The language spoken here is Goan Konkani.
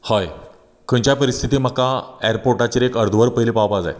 हय खंयच्याय परिस्थितींत म्हाका एयर्पोटाचेर एक अर्द वर पयलीं पावपाक जाय